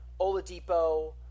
Oladipo